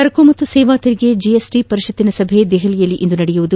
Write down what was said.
ಸರಕು ಸೇವಾ ತೆರಿಗೆ ಜಿಎಸ್ಟಿ ಪರಿಷತ್ತಿನ ಸಭೆ ನವದೆಹಲಿಯಲ್ಲಿಂದು ನಡೆಯಲಿದೆ